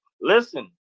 listen